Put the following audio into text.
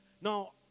Now